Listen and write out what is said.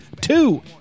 Two